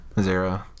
Zero